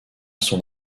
son